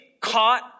caught